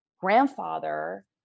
grandfather